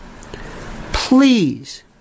please